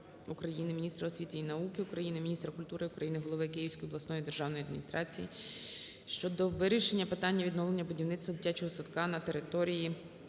України, міністра освіти і науки України, міністра культури України, голови Київської обласної державної адміністрації щодо вирішення питання відновлення будівництва дитячого садка на території